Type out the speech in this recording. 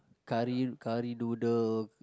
curry curry noodle